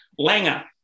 Langer